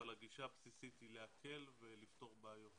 אבל הגישה הבסיסית היא להקל ולפתור בעיות,